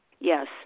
Yes